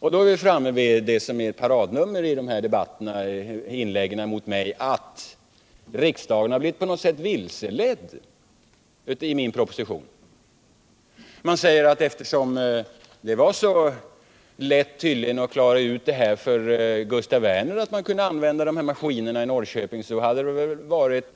Jag är därmed framme vid det som är ett paradnummer i inläggen mot mig, nämligen att riksdagen på något sätt skulle ha blivit vilseledd av min proposition. Man säger att det, eftersom det tydligen var så lätt att förklara för Gustaf Werner att dessa maskiner kunde användas i Norrköping, väl hade varit